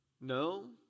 No